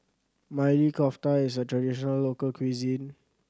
Maili Kofta is a traditional local cuisine